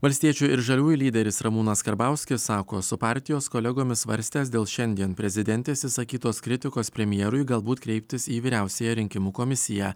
valstiečių ir žaliųjų lyderis ramūnas karbauskis sako su partijos kolegomis svarstęs dėl šiandien prezidentės išsakytos kritikos premjerui galbūt kreiptis į vyriausiąją rinkimų komisiją